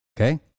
Okay